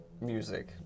music